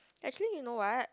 actually you know what